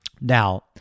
Now